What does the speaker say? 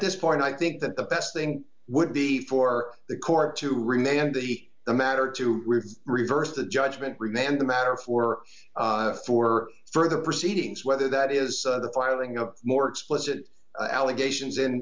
this point i think that the best thing would be for the court to remain empty the matter to reverse the judgment remand the matter for for further proceedings whether that is the filing of more explicit allegations in